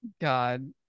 god